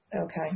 Okay